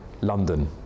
London